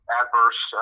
adverse